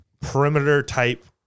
perimeter-type